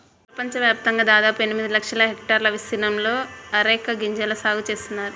ప్రపంచవ్యాప్తంగా దాదాపు ఎనిమిది లక్షల హెక్టార్ల విస్తీర్ణంలో అరెక గింజల సాగు చేస్తున్నారు